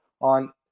on